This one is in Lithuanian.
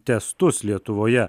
testus lietuvoje